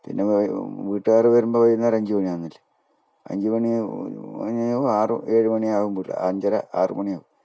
പിന്നെ വീട്ടുകാർ വരുമ്പോൾ വൈകുന്നേരം അഞ്ച് മണിയാകുന്നില്ലേ അഞ്ച് മണിയാകും ആറ് ഏഴ് മണിയാകുമ്പം അഞ്ചര ആറ് മണിയാകും